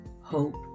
hope